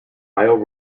isle